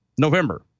November